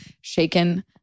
shaken